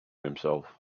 himself